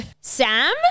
Sam